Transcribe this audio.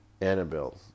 Annabelle